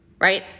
Right